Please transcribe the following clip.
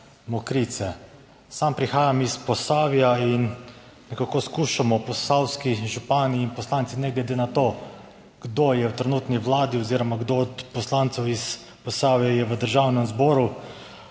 Sam prihajam iz Posavja in posavski župani in poslanci, ne glede na to, kdo je v trenutni vladi oziroma kdo od poslancev iz Posavja je v Državnem zboru,